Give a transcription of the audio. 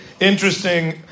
interesting